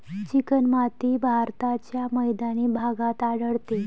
चिकणमाती भारताच्या मैदानी भागात आढळते